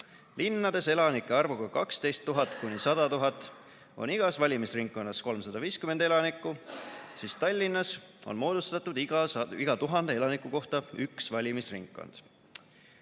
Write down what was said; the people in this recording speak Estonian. linnades, elanike arvuga 12 000 kuni 100 000 on igas valimisringkonnas 350 elanikku, siis Tallinnas on moodustatud iga 1000 elaniku kohta üks valimisringkond."